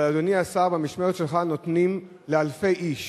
אבל, אדוני השר, נותנים לאלפי איש,